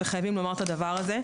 וחייבים לומר את הדבר הזה.